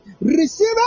receive